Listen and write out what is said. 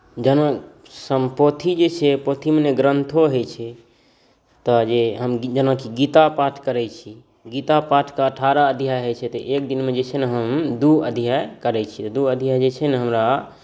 जेना समपोथी जे छै पोथी माने ग्रन्थो होइत छै तऽ जे हम कि जेना गीता पाठ करैत छी गीता पाठके अठारह अध्याय होइत छै तऽ एक दिनमे जे छै ने हम दू अध्याय करैत छियै दू अध्याय जे छै ने हमरा